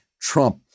Trump